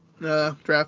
draft